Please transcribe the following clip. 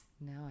No